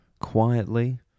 quietly